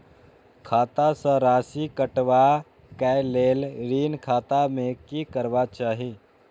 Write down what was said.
खाता स राशि कटवा कै लेल ऋण खाता में की करवा चाही?